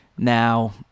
Now